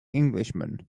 englishman